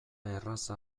erraza